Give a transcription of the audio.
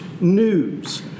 news